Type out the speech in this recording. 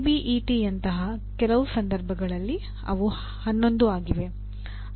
ಎಬಿಇಟಿಯಂತಹ ಕೆಲವು ಸಂದರ್ಭಗಳಲ್ಲಿ ಅವು 11 ಆಗಿವೆ